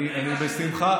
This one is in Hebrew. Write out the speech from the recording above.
אני בשמחה,